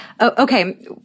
Okay